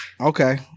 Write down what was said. okay